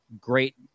great